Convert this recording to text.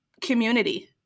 Community